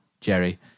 Jerry